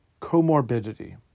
comorbidity